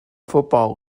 football